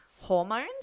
hormones